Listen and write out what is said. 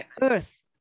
earth